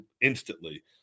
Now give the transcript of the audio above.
instantly